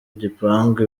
gipangu